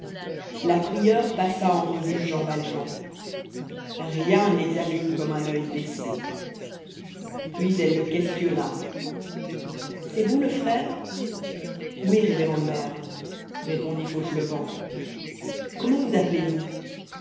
la prieure passa en revue jean valjean rien n'examine comme un oeil baissé puis elle le questionna c'est vous le frère oui révérende mère répondit fauchelevent comment vous appelez-vous